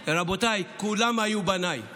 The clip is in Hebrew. רבותיי, כולם היו בניי.